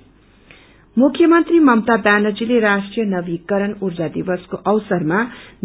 renew energy मुख्य मंत्री ममता व्यानजीले राष्ट्रियू नवीकरण ऊर्जा दिवसको अवसरमा